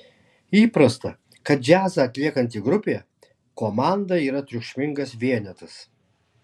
įprasta kad džiazą atliekanti grupė komanda yra triukšmingas vienetas